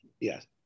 Yes